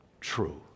true